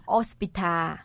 Hospital